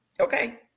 Okay